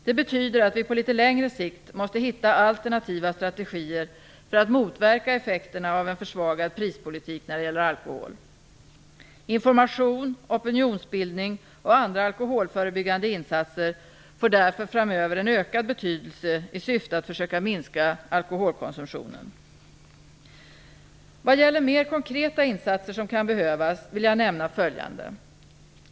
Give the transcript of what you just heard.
Det betyder att vi på litet längre sikt måste hitta alternativa strategier för att motverka effekterna av en försvagad prispolitik när det gäller alkohol. Information, opinionsbildning och andra alkoholförebyggande insatser får därför framöver en ökad betydelse i syfte att försöka minska alkoholkonsumtionen. Vad gäller mer konkreta insatser som kan behövas vill jag nämna följande.